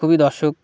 খুবই দর্শক